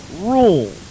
rule